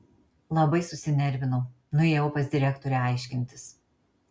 labai susinervinau nuėjau pas direktorę aiškintis